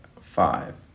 five